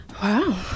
Wow